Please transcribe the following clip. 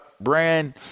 brand